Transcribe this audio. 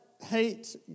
hate